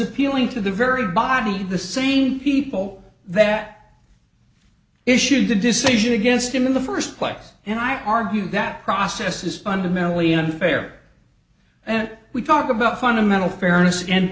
appealing to the very body the same people that issued the decision against him in the first place and i argue that process is fundamentally unfair and we talk about fundamental fairness a